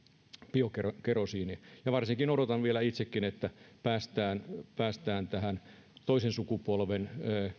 biokerosiinia ja varsinkin odotan vielä itsekin että päästään päästään toisen sukupolven